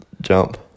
jump